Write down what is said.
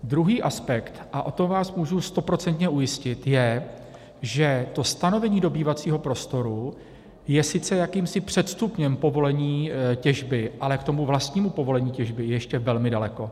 Druhý aspekt, a o tom vás můžu stoprocentně ujistit, je, že to stanovení dobývacího prostoru je sice jakýmsi předstupněm povolení těžby, ale k tomu vlastnímu povolení těžby ještě velmi daleko.